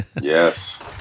Yes